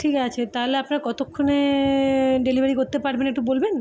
ঠিক আছে তাহলে আপনারা কতক্ষণে ডেলিভারি করতে পারবেন একটু বলবেন